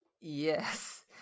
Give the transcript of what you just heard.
Yes